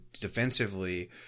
defensively